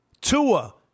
Tua